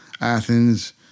Athens